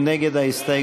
מי נגד ההסתייגות?